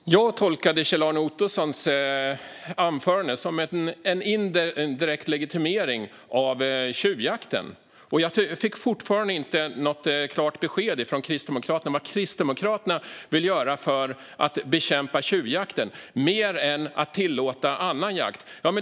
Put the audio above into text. Herr talman! Jag tolkade Kjell-Arne Ottossons anförande som en indirekt legitimering av tjuvjakten. Jag har fortfarande inte fått något klart besked från Kristdemokraterna om vad de vill göra för att bekämpa tjuvjakten, mer än att tillåta annan jakt.